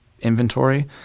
inventory